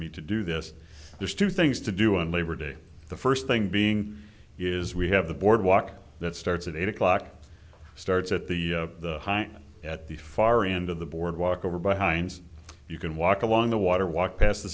me to do this there's two things to do on labor day the first thing being is we have the boardwalk that starts at eight o'clock starts at the height at the far end of the boardwalk over by heinz you can walk along the water walk past the